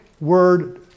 word